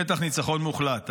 בטח ניצחון מוחלט.